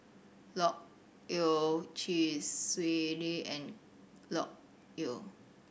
Loke Yew Chee Swee Lee and Loke Yew